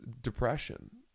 depression